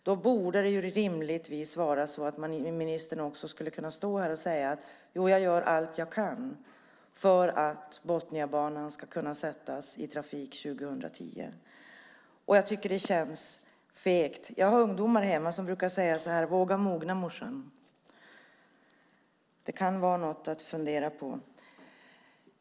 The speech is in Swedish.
Då borde det rimligtvis också vara så att ministern kunde stå här och säga: Jag gör allt jag kan för att Botniabanan ska kunna sättas i trafik 2010. Jag tycker att det känns fegt. Jag har ungdomar hemma som brukar säga: Våga mogna, morsan! Det kan vara något att fundera på.